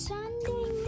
Sunday